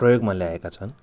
प्रयोगमा ल्याएका छन्